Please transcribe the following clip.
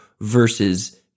versus